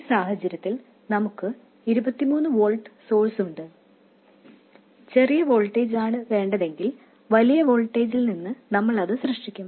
ഈ സാഹചര്യത്തിൽ നമുക്ക് ഇരുപത്തിമൂന്ന് വോൾട്ട് സോഴ്സ്ണ്ട് ചെറിയ വോൾട്ടേജ് ആണ് വേണ്ടതെങ്കിൽ വലിയ വോൾട്ടേജിൽ നിന്ന് നമ്മൾ അത് സൃഷ്ടിക്കും